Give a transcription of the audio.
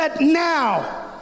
Now